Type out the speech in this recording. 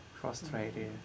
Frustrated